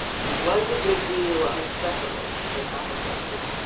who was a good deal of a specialist in apoplexy.